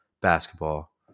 basketball